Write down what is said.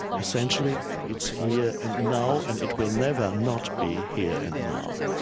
essentially, it's here and now, and it will never not be here and now.